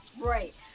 Right